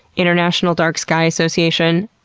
international dark sky association,